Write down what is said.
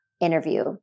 interview